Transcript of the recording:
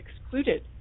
excluded